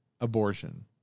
abortion